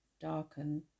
darken